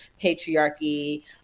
patriarchy